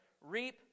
reap